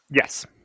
Yes